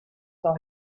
for